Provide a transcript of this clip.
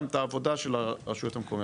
גם את העבודה של הרשויות המקומיות.